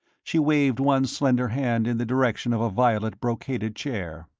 she waved one slender hand in the direction of a violet brocaded chair.